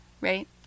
right